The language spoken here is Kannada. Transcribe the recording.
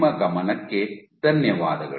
ನಿಮ್ಮ ಗಮನಕ್ಕೆ ಧನ್ಯವಾದಗಳು